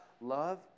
love